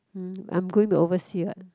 mm I'm going to oversea what